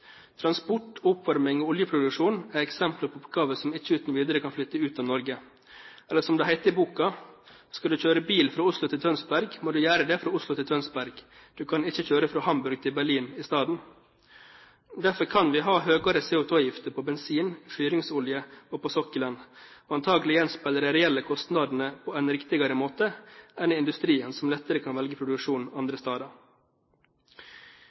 Transport, oppvarming og oljeproduksjon er eksempler på oppgaver som ikke uten videre kan flytte ut av Norge. Eller som det heter i boka: Skal du kjøre bil fra Oslo til Tønsberg, må du gjøre det fra Oslo til Tønsberg. Du kan ikke kjøre fra Hamburg til Berlin i stedet. Derfor kan vi ha høyere CO2-avgift på bensin, fyringsolje og på sokkelen, og antakelig gjenspeiler det de reelle kostnadene på en riktigere måte enn i industrien, som lettere kan velge produksjon